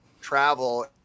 travel